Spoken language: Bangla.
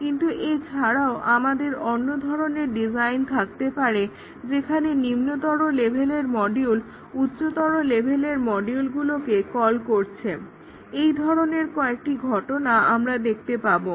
কিন্তু এছাড়াও আমাদের অন্য ধরনের ডিজাইন থাকতে পারে যেখানে নিম্নতর লেভেলের মডিউল উচ্চতর লেভেলের মডিউলগুলোকে কল করছে এই ধরনের কয়েকটি ঘটনা আমরা দেখতে পাবো